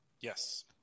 Yes